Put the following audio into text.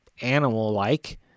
animal-like